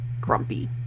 grumpy